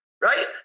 Right